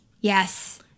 yes